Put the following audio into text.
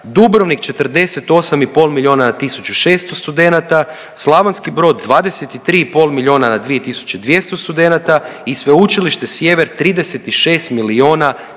Dubrovnik 48,5 milijuna na 1.600 studenata, Slavonski Brod 23,5 milijuna na 2,200 studenata i Sveučilište Sjever 36 milijuna